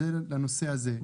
זה לנושא הזה.